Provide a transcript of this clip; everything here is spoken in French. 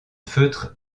feutre